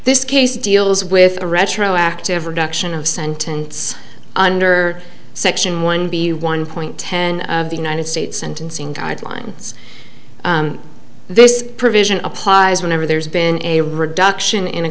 this case deals with a retroactive reduction of sentence under section one b one point ten of the united states sentencing guidelines this provision applies whenever there's been a